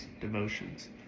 Devotions